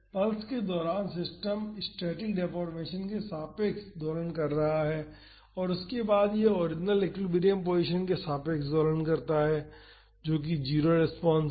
pulse के दौरान system static deformation के सापेक्ष दोलन कर रहा है और उसके बाद यह ओरिजिनल एक्विलिब्रियम पोजीशन के सापेक्ष दोलन करता है जो कि 0 रेस्पॉन्स है